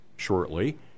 shortly